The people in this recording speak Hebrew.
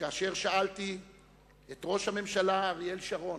וכאשר שאלתי את ראש הממשלה אריאל שרון